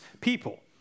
people